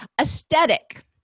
Aesthetic